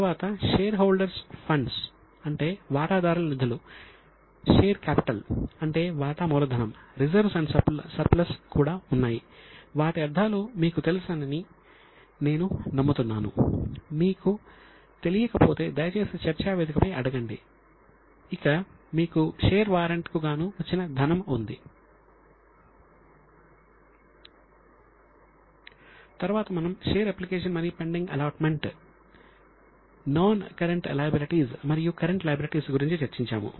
తరువాత మనం share application money pending allotment గురించి చర్చించాము